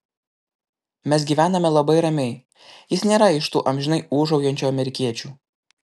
mes gyvename labai ramiai jis nėra iš tų amžinai ūžaujančių amerikiečių